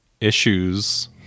issues